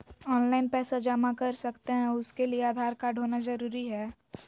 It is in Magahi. ऑनलाइन पैसा जमा कर सकते हैं उसके लिए आधार कार्ड होना जरूरी है?